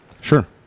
Sure